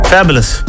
Fabulous